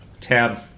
Tab